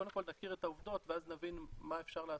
קודם כל נכיר את העובדות ואז נבין מה אפשר לעשות,